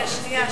שנייה,